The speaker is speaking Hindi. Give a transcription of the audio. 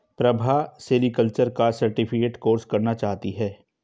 प्रभा सेरीकल्चर का सर्टिफिकेट कोर्स करना चाहती है